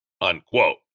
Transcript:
Unquote